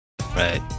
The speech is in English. Right